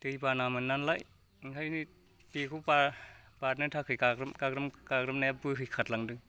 दै बानामोन नालाय ओंखायनो बेखौ बारनो थाखाय गाग्रोम गाग्रोम गाग्रोमनाया बोहैखारलांदों